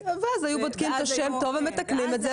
היו בודקים את השם טוב ומתקנים.